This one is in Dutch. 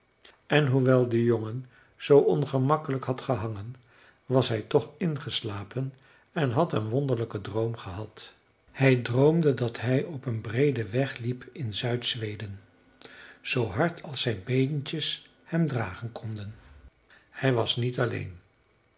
en hoewel de jongen zoo ongemakkelijk had gehangen was hij toch ingeslapen en had een wonderlijken droom gehad hij droomde dat hij op een breeden weg liep in zuid zweden z hard als zijn beentjes hem dragen konden hij was niet alleen